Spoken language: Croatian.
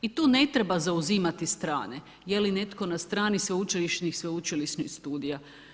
I tu ne treba zauzimati strane, je li netko na strani sveučilišnih i sveučilišnih studija.